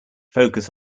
focus